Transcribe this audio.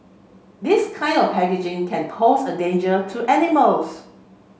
this kind of packaging can pose a danger to animals